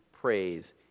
praise